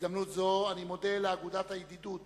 בהזדמנות זו אני מודה לאגודת הידידות